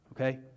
Okay